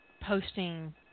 posting